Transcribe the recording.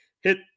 Hit